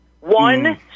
one